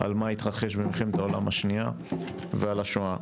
על מה התרחש במלחמת העולם השנייה ועל השואה.